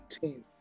team